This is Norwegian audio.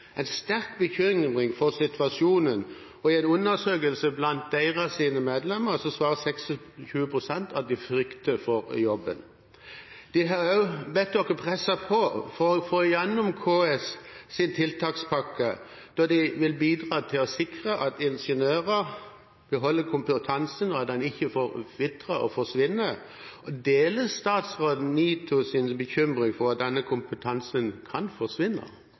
en sterk bekymring for situasjonen, og i en undersøkelse blant deres medlemmer svarer 26 pst. at de frykter for jobben. De har også bedt oss presse på for å få gjennom KS’ tiltakspakke da de vil bidra til å sikre at ingeniører beholder kompetansen, og at den ikke forvitrer og forsvinner. Deler statsråden NITOs bekymring for at denne kompetansen kan forsvinne?